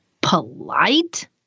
Polite